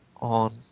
on